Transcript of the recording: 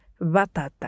batata